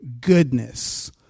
goodness